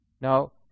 Now